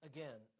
Again